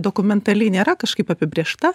dokumentaliai nėra kažkaip apibrėžta